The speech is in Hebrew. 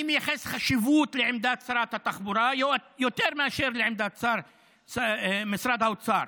אני מייחס חשיבות לעמדת שרת התחבורה יותר מאשר לעמדת משרד האוצר.